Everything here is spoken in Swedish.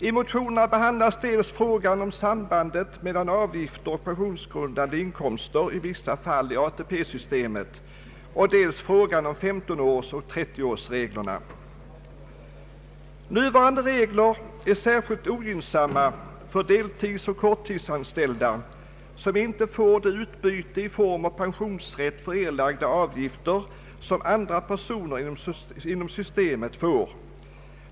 I motionerna behandlas dels frågan om sambandet mellan avgifter och pensionsgrundande inkomster i vissa fall i ATP-syste Nuvarande regler är särskilt ogynnsamma för deltidsoch korttidsanställda, som inte får det utbyte i form av pensionsrätt för erlagda avgifter som andra personer inom systemet får.